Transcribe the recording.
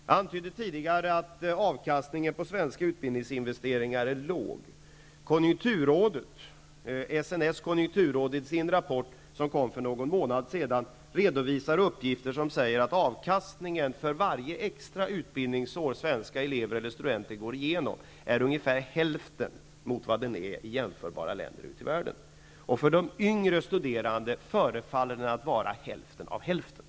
Jag antydde tidigare att avkastningen på svenska utbildningsinvesteringar är låg. SNS konjunkturråd redovisar i en rapport som kom för någon månad sedan uppgifter som säger att avkastningen för varje extra utbildningsår som svenska elever eller studenter går igenom är ungefär hälften mot vad samma avkastning är i jämförbara länder ute i världen. För de yngre studerande förefaller den att vara hälften av hälften.